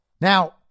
Now